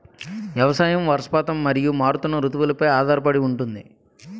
వ్యవసాయం వర్షపాతం మరియు మారుతున్న రుతువులపై ఆధారపడి ఉంటుంది